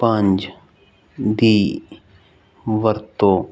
ਪੰਜ ਦੀ ਵਰਤੋਂ